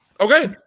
Okay